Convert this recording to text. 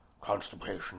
constipation